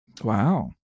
Wow